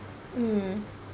mm